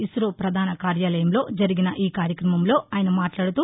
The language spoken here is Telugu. ఇసో పధాన కార్యాలయంలో జరిగిన ఈ కార్యక్రమంలో ఆయన మాట్లాదుతూ